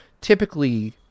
typically